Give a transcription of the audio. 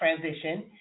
transition